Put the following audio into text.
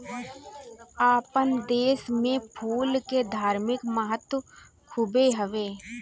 आपन देस में फूल के धार्मिक महत्व खुबे हवे